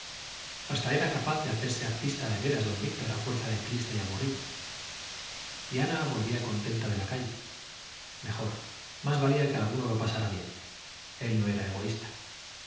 hasta era capaz de hacerse artista de veras don víctor a fuerza de triste y aburrido y ana volvía contenta de la calle mejor más valía que alguno lo pasara bien él no era egoísta